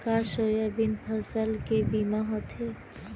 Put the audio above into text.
का सोयाबीन फसल के बीमा होथे?